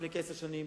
לפני כעשר שנים,